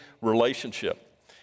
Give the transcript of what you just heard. relationship